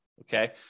okay